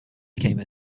became